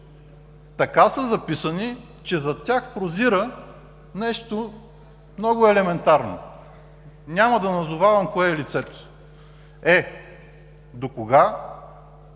така са записани, че зад тях прозира нещо много елементарно. Няма да назовавам кое е лицето. Е, докога